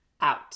out